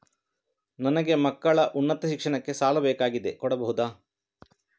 ನನಗೆ ಮಕ್ಕಳ ಉನ್ನತ ಶಿಕ್ಷಣಕ್ಕೆ ಸಾಲ ಬೇಕಾಗಿದೆ ಕೊಡಬಹುದ?